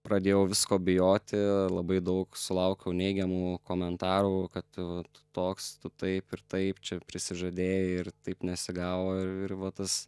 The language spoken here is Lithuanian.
pradėjau visko bijoti labai daug sulaukiau neigiamų komentarų kad tu vat toks tu taip ir taip čia prisižadėjai ir taip nesigavo ir ir va tas